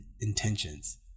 intentions